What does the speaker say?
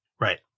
Right